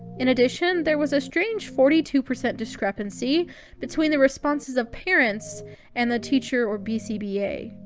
in addition, there was a strange forty two percent discrepancy between the responses of parents and the teacher or bcba.